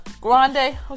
Grande